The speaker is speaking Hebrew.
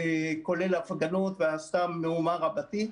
כולל הפגנות שעשתה מהומה רבתית.